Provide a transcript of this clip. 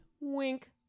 wink